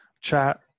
chat